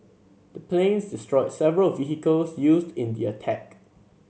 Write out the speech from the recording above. the planes destroyed several vehicles used in the attack